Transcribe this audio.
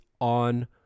on